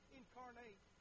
incarnate